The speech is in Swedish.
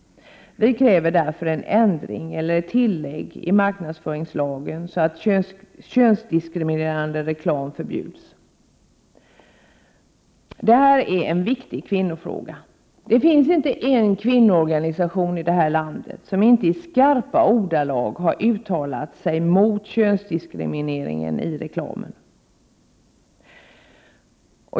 Vi kräver därför en ändring eller ett tillägg i marknadsföringslagen så att könsdiskriminerande reklam förbjuds. Det här är en viktig kvinnofråga. Det finns inte en kvinnoorganisation i detta land som inte i skarpa ordalag har uttalat sig mot könsdiskrimineringen i reklamen.